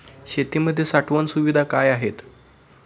शेतीमध्ये साठवण सुविधा काय आहेत?